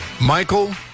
Michael